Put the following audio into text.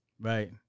Right